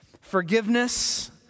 Forgiveness